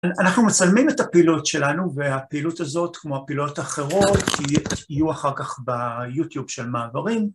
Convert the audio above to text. אנחנו מצלמים את הפעילות שלנו והפעילות הזאת כמו הפעילויות האחרות יהיו אחר כך ביוטיוב של מעברים